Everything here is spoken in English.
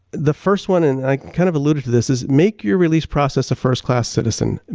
the first one and i kind of eluded to this is make your release process a first class citizen.